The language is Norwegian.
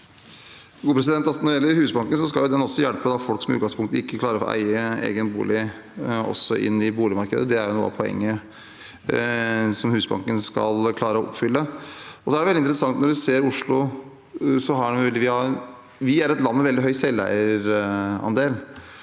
Når det gjelder Husbanken, skal den også hjelpe folk som i utgangspunktet ikke klarer å eie egen bolig, inn i boligmarkedet. Det er noe av poenget som Husbanken skal klare å oppfylle. Det er veldig interessant om man ser på Oslo. Vi er et land med veldig høy selveierandel.